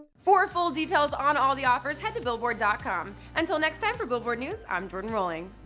for full details on all the offers, head to billboard ah com. until next time, for billboard news, i'm jordyn rolling.